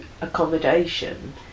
accommodation